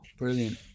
brilliant